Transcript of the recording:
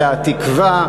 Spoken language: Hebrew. אלא התקווה,